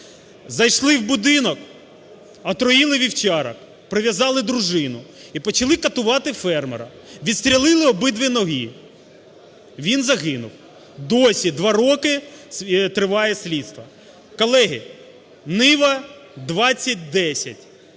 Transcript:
Зайшли в будинок, отруїли вівчарок, прив'язали дружину і почали катувати фермера, відстрелили обидві ноги, він загинув. Досі, 2 роки, триває слідство. Колеги, "Нива-2010",